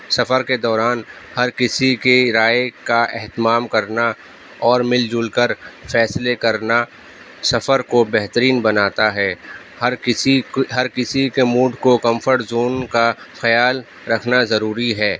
سفر کے دوران ہر کسی کی رائے کا اہتمام کرنا اور مل جل کر فیصلے کرنا سفر کو بہترین بناتا ہے ہر کسی ہر کسی کے موڈ کو کمفرٹ زون کا خیال رکھنا ضروری ہے